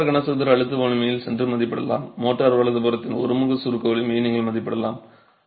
நீங்கள் மோர்டார் கனசதுர அழுத்த வலிமையில் சென்று மதிப்பிடலாம் மோர்டார் வலதுபுறத்தின் ஒருமுக சுருக்க வலிமையை நீங்கள் மதிப்பிடலாம்